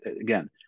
again